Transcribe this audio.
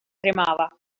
tremava